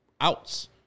outs